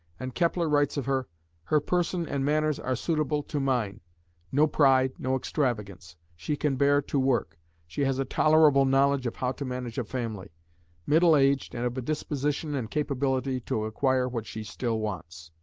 and kepler writes of her her person and manners are suitable to mine no pride, no extravagance she can bear to work she has a tolerable knowledge of how to manage a family middle-aged and of a disposition and capability to acquire what she still wants.